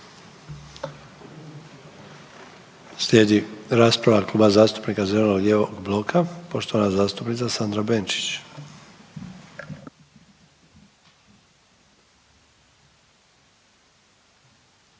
Slijedi rasprava Kluba zastupnika zeleno-lijevog bloka, poštovana zastupnica Sandra Benčić.